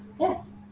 yes